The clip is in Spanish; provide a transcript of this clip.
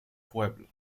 pueblo